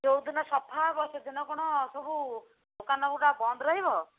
ଯେଉଁଦିନ ସଫା ହବ ସେଦିନ କ'ଣ ସବୁ ଦୋକାନଗୁଡ଼ା ବନ୍ଦ ରହିବ